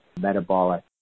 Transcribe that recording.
metabolic